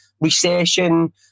recession